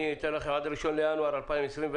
אני אתן לך עד ליום 1 בינואר 2021,